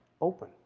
open